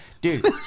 Dude